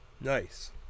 Nice